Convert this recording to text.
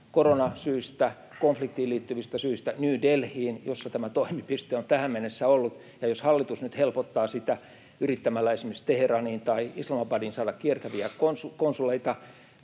koronasyistä, konfliktiin liittyvistä syistä New Delhiin, jossa tämä toimipiste on tähän mennessä ollut, ja jos hallitus nyt helpottaa sitä yrittämällä esimerkiksi Teheraniin tai Islamabadiin saada kiertäviä konsuleita,